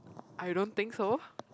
I don't think so